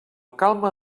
calma